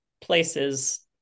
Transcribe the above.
places